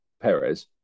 Perez